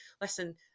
listen